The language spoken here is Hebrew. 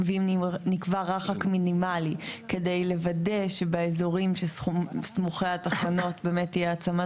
אם נקבע רחק מינימלי כדי לוודא שבאזורים שסמוכי התחנות באמת יהיה העצמת